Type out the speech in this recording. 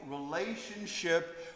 relationship